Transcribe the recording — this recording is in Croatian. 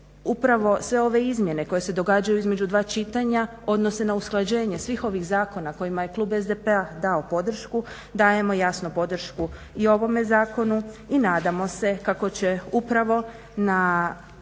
upravo sve ove izmjene koje se događaju između dva čitanja odnose na usklađenje svih ovih zakona kojima je klub SDP-a dao podršku dajemo jasno podršku i ovome zakonu i nadamo se kako će upravo na